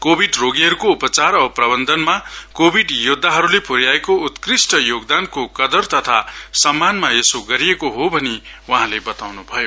Covid रोगीहरुको उपचार औ प्रबन्धनमा कोविड योद्धाहरुले पुर्याएको उत्कृष्ट योगदानको कदर तथा सम्मानमा यसो गरिएको हो भनि वहाँले बताँउन भयो